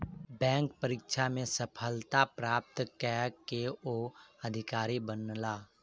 bank परीक्षा में सफलता प्राप्त कय के ओ अधिकारी बनला